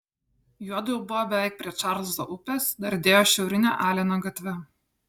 juodu jau buvo beveik prie čarlzo upės dardėjo šiaurine aleno gatve